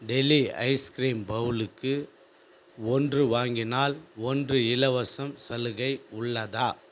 Delhi ice cream பவுலுக்கு ஒன்று வாங்கினால் ஒன்று இலவசம் சலுகை உள்ளதா